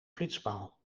flitspaal